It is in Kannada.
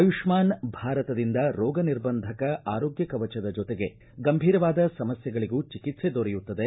ಆಯುಷ್ಮಾನ್ ಭಾರತದಿಂದ ರೋಗ ನಿರ್ಬಂಧಕ ಆರೋಗ್ಯ ಕವಚದ ಜೊತೆಗೆ ಗಂಭೀರವಾದ ಸಮಸ್ಥೆಗಳಿಗೂ ಚಿಕಿತ್ಸೆ ದೊರೆಯುತ್ತದೆ